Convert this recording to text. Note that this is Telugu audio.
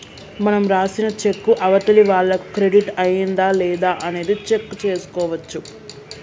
మనం రాసిన చెక్కు అవతలి వాళ్లకు క్రెడిట్ అయ్యిందా లేదా అనేది చెక్ చేసుకోవచ్చు